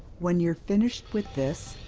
when you're finished with this,